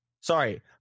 sorry